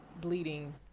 bleeding